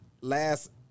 last